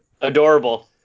Adorable